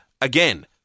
again